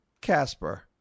Casper